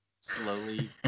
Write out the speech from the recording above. slowly